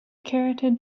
carotid